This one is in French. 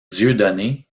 dieudonné